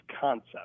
concept